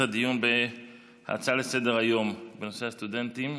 הדיון בהצעה לסדר-היום בנושא הסטודנטים